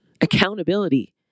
Accountability